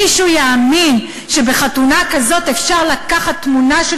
מישהו יאמין שבחתונה כזאת אפשר לקחת תמונה של